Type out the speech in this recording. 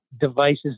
devices